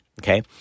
Okay